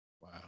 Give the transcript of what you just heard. Wow